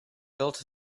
built